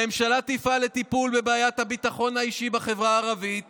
הממשלה תפעל לטיפול בבעיית הביטחון האישי בחברה הערבית